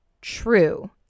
true